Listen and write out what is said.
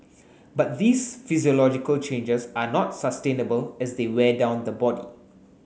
but these physiological changes are not sustainable as they wear down the body